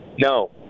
No